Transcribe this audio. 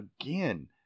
again